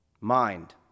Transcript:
Mind